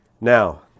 now